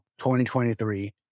2023